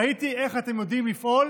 ראיתי איך אתם יודעים לפעול